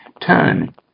Turn